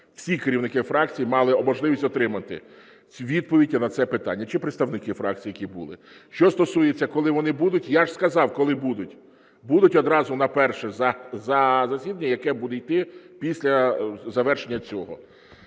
Всі керівники фракцій мали можливість отримати відповіді на це питання, чи представники фракцій, які були. Що стосується, коли вони будуть, я ж сказав, коли будуть. Будуть одразу на перше засідання, яке буде йти після завершення цього.